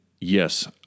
yes